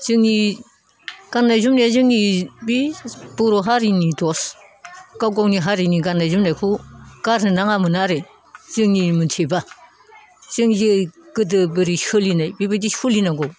जोंनि गाननाय जोमनाया जोंनि बे बर' हारिनि दस गाव गावनि हारिनि गाननाय जोमनायखौ गारनो नाङामोन आरो जोंनि मानसिबा जों जे गोदो बोरै सोलिनाय बेबायदि सोलिनांगौ